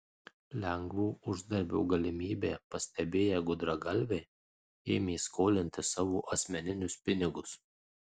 lengvo uždarbio galimybę pastebėję gudragalviai ėmė skolinti savo asmeninius pinigus